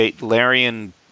Larian